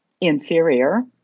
inferior